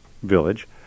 village